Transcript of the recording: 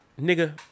Nigga